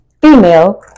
female